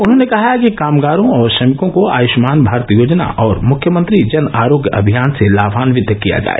उन्होंने कहा है कि कामगारों और श्रमिको को आयुष्मान भारत योजना और मुख्यमंत्री जन आरोग्य अभियान से लाभान्वित किया जाय